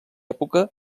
època